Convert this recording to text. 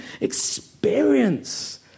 experience